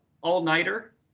All-Nighter